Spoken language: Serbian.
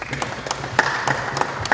Hvala.